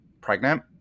pregnant